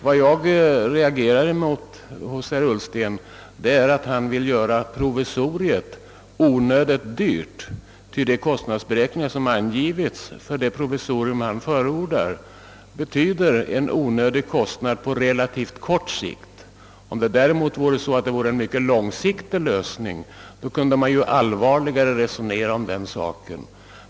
Vad jag reagerar mot hos herr Ullsten är att han vill göra provisoriet onödigt dyrt. De kostnadsberäkningar han angivit för det provisorium han förordar innebär nämligen en överflödig kostnad på relativt kort sikt. Om det däremot vore en mycket långsiktig lösning, kunde man allvarligare resonera om detta alternativ.